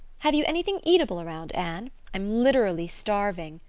have you anything eatable around, anne? i'm literally starving.